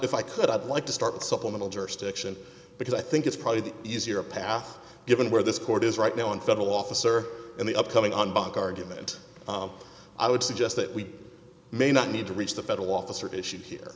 if i could i'd like to start supplemental jurisdiction because i think it's probably the easier path given where this court is right now in federal officer and the upcoming on bank argument i would suggest that we may not need to reach the federal officers issue here